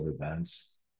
events